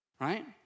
right